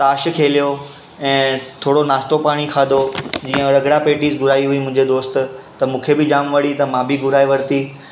ताश खेलियो ऐं थोरो नाश्तो पाणी खाधो इअं रगिड़ा पेटीस घुराई हुई मुंहिंजे दोस्त त मूंखे बि जामु वणी मां बि घुराए वरिती